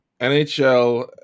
NHL